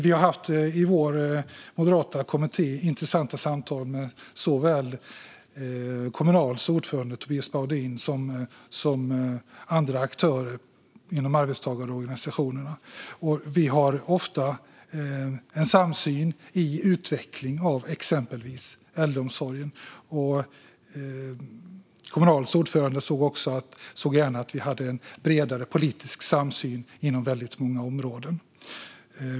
I den moderata kommittén har vi haft intressanta samtal med såväl Kommunals ordförande Tobias Baudin som andra aktörer inom arbetstagarorganisationerna. Vi har ofta samsyn i fråga om utveckling av exempelvis äldreomsorgen. Kommunals ordförande såg också gärna att vi hade en bredare politisk samsyn inom väldigt många områden.